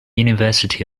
university